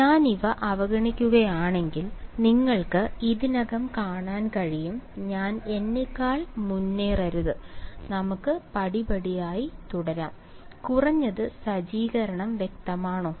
ഞാൻ ഇവ അവഗണിക്കുകയാണെങ്കിൽ നിങ്ങൾക്ക് ഇതിനകം കാണാൻ കഴിയും ഞാൻ എന്നെക്കാൾ മുന്നേറരുത് നമുക്ക് പടിപടിയായി തുടരാം കുറഞ്ഞത് സജ്ജീകരണം വ്യക്തമാണോ